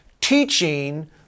teaching